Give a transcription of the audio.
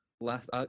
last